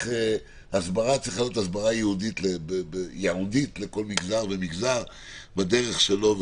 ההסברה צריכה להיות הסברה ייעודית לכל מגזר ומגזר בדרך שלו.